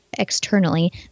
externally